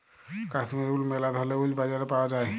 Kashmir wool ম্যালা ধরলের wool বাজারে পাউয়া যায়